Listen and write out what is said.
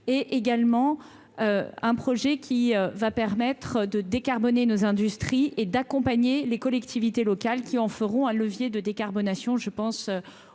et également un projet qui va permettre de décarboner nos industries et d'accompagner les collectivités locales qui en feront à levier de décarbonation je pense